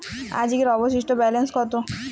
আজকের অবশিষ্ট ব্যালেন্স কত?